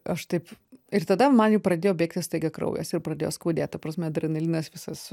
aš taip ir tada man jau pradėjo bėgti staiga kraujas ir pradėjo skaudėt ta prasme adrenalinas visas